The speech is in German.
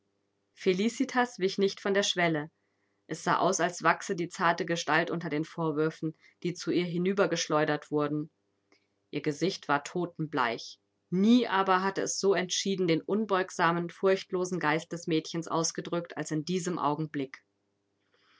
felicitas wich nicht von der schwelle es sah aus als wachse die zarte gestalt unter den vorwürfen die zu ihr hinübergeschleudert wurden ihr gesicht war totenbleich nie aber hatte es so entschieden den unbeugsamen furchtlosen geist des mädchens ausgedrückt als in diesem augenblick